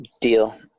Deal